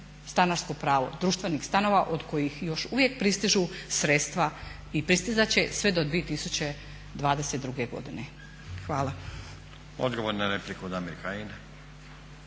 stanarsko pravo, društvenih stanova od kojih još uvijek pristižu sredstva i pristizat će sve do 2022. godine. Hvala. **Stazić, Nenad